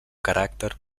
caràcter